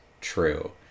true